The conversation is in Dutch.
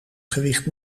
gewicht